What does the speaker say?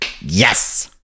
Yes